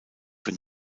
für